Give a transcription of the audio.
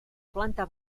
planta